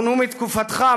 מונו בתקופתך,